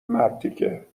مرتیکه